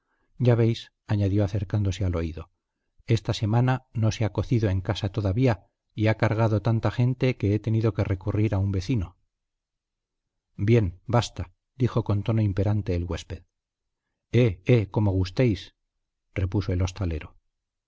ya veis añadió acercándose al oído esta semana no se ha cocido en casa todavía y ha cargado tanta gente que he tenido que recurrir a un vecino bien basta dijo con tono imperante el huésped eh eh como gustéis repuso el hostalero